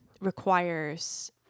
requires